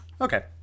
Okay